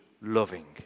loving